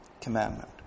commandment